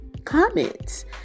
comments